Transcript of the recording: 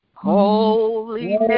Holy